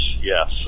yes